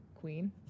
Queen